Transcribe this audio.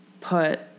put